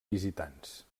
visitants